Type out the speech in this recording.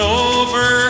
over